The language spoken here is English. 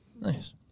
nice